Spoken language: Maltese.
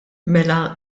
mela